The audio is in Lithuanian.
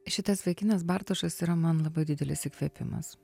šitas vaikinas bartošas yra man labai didelis įkvėpimas